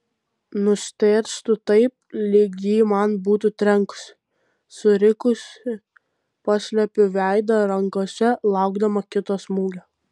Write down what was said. nustėrstu taip lyg ji man būtų trenkusi surikusi paslepiu veidą rankose laukdama kito smūgio